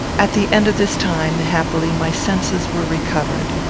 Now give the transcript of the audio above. at the end of this time, happily, my senses were recovered.